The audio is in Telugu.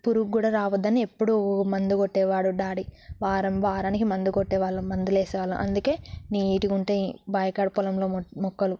పురుగు కూడా రావొద్దని ఎప్పుడు మందు కొట్టేవాడు డాడీ వారం వారానికి మందు కొట్టే వాళ్ళము మందులు వేసేవాళ్ళము అందుకే నీట్గా ఉంటాయి బావికాడ పొలంలోని మొక్కలు